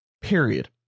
Period